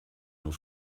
nur